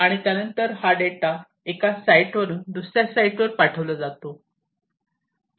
आणि त्यानंतर हा डेटा एका साइटवरून दुसर्या साइटवर पाठविला जातो